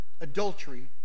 adultery